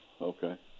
okay